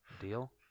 Deal